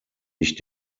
ich